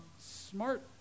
Smart